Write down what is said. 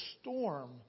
storm